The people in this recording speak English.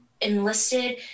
enlisted